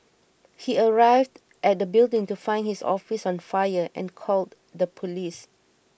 he arrived at the building to find his office on fire and called the police